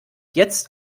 jetzt